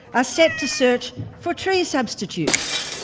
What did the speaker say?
ah set to search for tree substitutes,